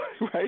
right